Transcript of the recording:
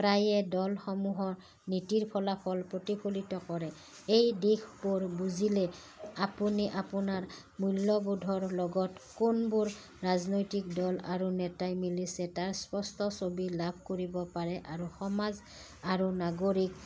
প্ৰায়ে দলসমূহৰ নীতিৰ ফলাফল প্ৰতিফলিত কৰে এই দিশবোৰ বুজিলে আপুনি আপোনাৰ মূল্যবোধৰ লগত কোনবোৰ ৰাজনৈতিক দল আৰু নেতাই মিলিছে তাৰ স্পষ্ট ছবি লাভ কৰিব পাৰে আৰু সমাজ আৰু নাগৰিক